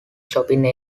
shopping